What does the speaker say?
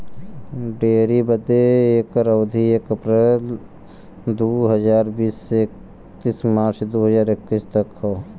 dairy बदे एकर अवधी एक अप्रैल दू हज़ार बीस से इकतीस मार्च दू हज़ार इक्कीस तक क हौ